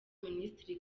minisitiri